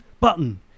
Button